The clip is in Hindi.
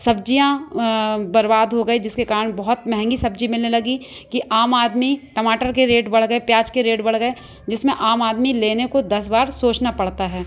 सब्ज़ियाँ बर्बाद हो गए जिसके कारण बहुत महंगी सब्ज़ी मिलने लगी कि आम आदमी टमाटर के रेट बढ़ गए प्याज के रेट बढ़ गए जिसमें आम आदमी लेने को दस बार सोचना पड़ता है